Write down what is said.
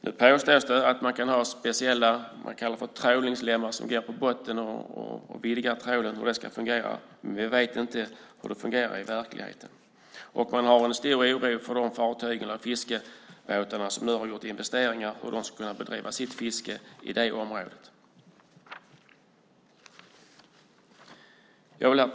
Nu påstås det att man kan ha speciella trålningslämmar som går på botten och vidgar trålen och att det ska fungera, men vi vet inte hur det fungerar i verkligheten. Man känner också en stor oro för hur de fartyg och fiskebåtar som nu har gjort investeringar ska bedriva sitt fiske i detta område. Herr talman!